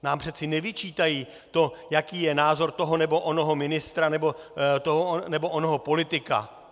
Nám přece nevyčítají to, jaký je názor toho nebo onoho ministra nebo toho nebo onoho politika.